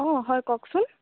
অ' হয় কওকচোন